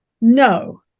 no